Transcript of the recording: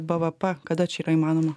bvp kada čia yra įmanoma